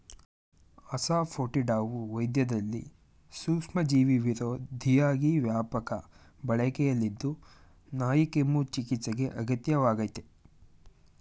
ಅಸಾಫೋಟಿಡಾವು ವೈದ್ಯದಲ್ಲಿ ಸೂಕ್ಷ್ಮಜೀವಿವಿರೋಧಿಯಾಗಿ ವ್ಯಾಪಕ ಬಳಕೆಯಲ್ಲಿದ್ದು ನಾಯಿಕೆಮ್ಮು ಚಿಕಿತ್ಸೆಗೆ ಅಗತ್ಯ ವಾಗಯ್ತೆ